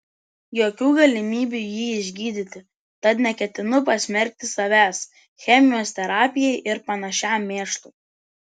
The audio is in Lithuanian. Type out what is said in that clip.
jokių galimybių jį išgydyti tad neketinu pasmerkti savęs chemijos terapijai ir panašiam mėšlui